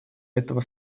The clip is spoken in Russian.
этого